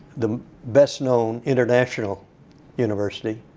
the best known international university,